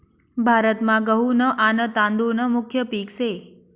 भारतमा गहू न आन तादुळ न मुख्य पिक से